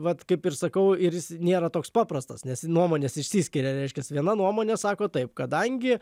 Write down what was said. vat kaip ir sakau ir jis nėra toks paprastas nes nuomonės išsiskiria reiškias viena nuomonė sako taip kadangi